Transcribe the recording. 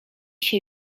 się